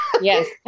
Yes